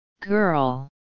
girl